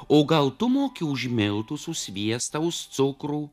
o gal tu moki už miltus už sviestą už cukrų